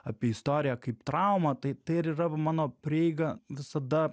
apie istoriją kaip traumą tai tai ir yra va mano prieiga visada